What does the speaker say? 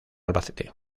albacete